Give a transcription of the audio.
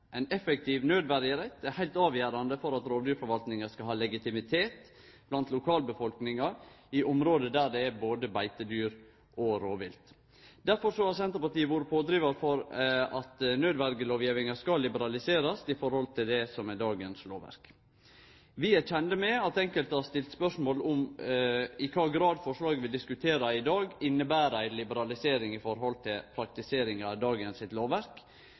Ein effektiv naudverjerett er heilt avgjerande for at rovdyrforvaltinga skal ha legitimitet blant lokalbefolkninga i område der det er både beitedyr og rovvilt. Derfor har Senterpartiet vore pådrivar for at naudverjelovgjevinga skal liberaliserast i forhold til det som er dagens lovverk. Vi er kjende med at enkelte har stilt spørsmål om i kva grad forslaget vi diskuterer i dag, inneber ei liberalisering i forhold til praktiseringa av dagens lovverk.